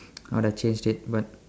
I woulda changed it but